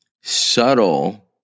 subtle